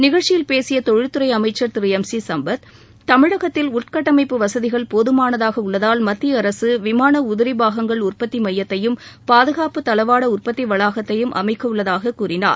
நிகழ்ச்சியில் பேசிய தொழில் துறை அமைச்சர் திரு எம் சி சும்பத் தமிழகத்தில் உள்கட்டமைப்பு வசதிகள் போதமானதாக உள்ளதால் மத்திய அரசு விமான உதிரிபாகங்கள் உற்பத்தி மையத்தையும் பாதுகாப்பு தளவாட உற்பத்தி வளாகத்தையும் அமைக்கவுள்ளதாக கூறினார்